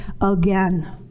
again